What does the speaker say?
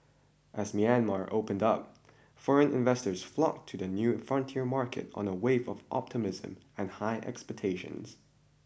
as Myanmar opened up foreign investors flocked to the new frontier market on a wave of optimism and high expectations